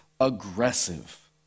aggressive